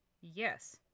Yes